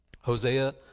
Hosea